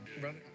Brother